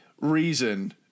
reason